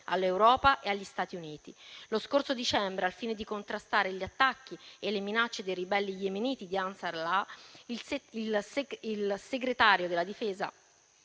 all'Europa e agli Stati Uniti. Lo scorso dicembre, al fine di contrastare gli attacchi e le minacce dei ribelli yemeniti di Ansar Allah, il Segretario alla difesa